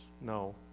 no